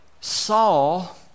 Saul